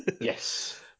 Yes